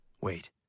Wait